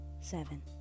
seven